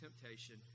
temptation